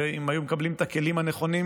ואם היו מקבלים את הכלים הנכונים,